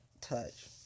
touch